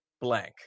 blank